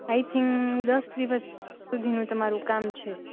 આઈ think દસ દિવસ સુધીનું તમારું કામ છે